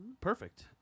Perfect